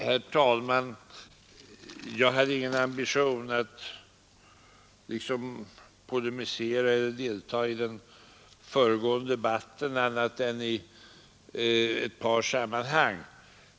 Herr talman! Jag hade ingen ambition att polemisera eller delta i den föregående debatten annat än i ett par sammanhang.